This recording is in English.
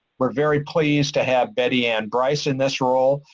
we're very pleased to have betty-ann bryce in this role,